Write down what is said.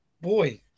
boy